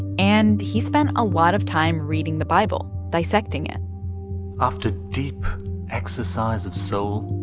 and he spent a lot of time reading the bible, dissecting it after deep exercise of soul,